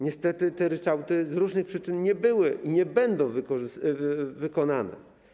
Niestety te ryczałty z różnych przyczyn nie były i nie będą wykonane.